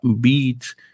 beat